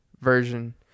version